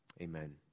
Amen